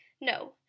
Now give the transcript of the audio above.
no